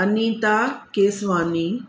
Anita Keswani